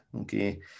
okay